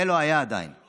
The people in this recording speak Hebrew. זה עדיין לא היה.